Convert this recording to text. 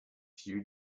few